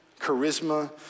charisma